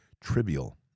trivial